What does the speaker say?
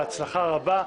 בהצלחה רבה.